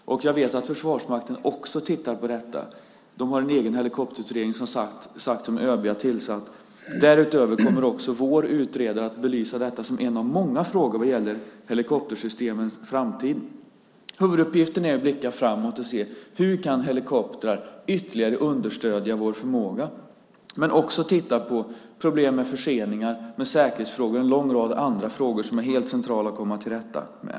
Jag vet att Försvarsmakten också tittar närmare på detta. De har som sagt en egen helikopterutredning som ÖB har tillsatt. Därutöver kommer vår utredare att belysa detta som en av många frågor vad gäller helikoptersystemens framtid. Huvuduppgiften är att blicka framåt och se hur helikoptrar ytterligare kan understödja vår förmåga? Men också titta på problem med förseningar, med säkerhetsfrågor och med en lång rad andra frågor som är helt centrala att komma till rätta med.